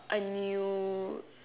I knew